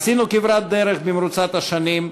עשינו כברת דרך במרוצת השנים,